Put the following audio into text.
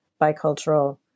bicultural